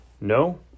No